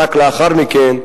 ורק לאחר מכן,